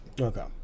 Okay